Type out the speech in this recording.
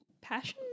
passion